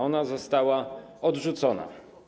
Ona została odrzucona.